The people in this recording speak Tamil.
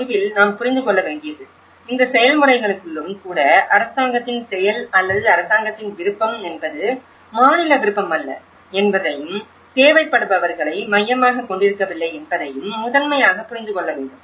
முடிவில் நாம் புரிந்து கொள்ள வேண்டியது இந்த செயல்முறைக்குள்ளும் கூட அரசாங்கத்தின் செயல் அல்லது அரசாங்கத்தின் விருப்பம் என்பது மாநில விருப்பமல்ல என்பதையும் தேவைப்படுபவர்களை மையமாகக் கொண்டிருக்கவில்லை என்பதையும் முதன்மையாக புரிந்து கொள்ள வேண்டும்